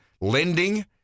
lending